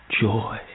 joy